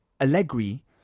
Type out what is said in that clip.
Allegri